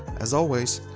as always,